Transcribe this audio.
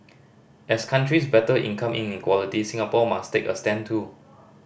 as countries battle income inequality Singapore must take a stand too